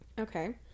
Okay